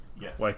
Yes